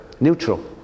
neutral